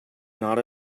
not